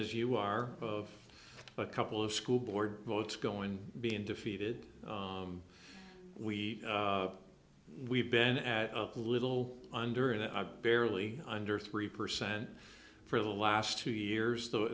as you are of a couple of school board votes going being defeated we we've been at a little under a barely under three percent for the last two years though it